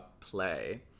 play